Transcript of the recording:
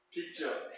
Picture